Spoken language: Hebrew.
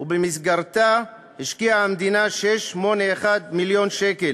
ובמסגרתה השקיעה המדינה 681 מיליון שקל